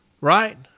Right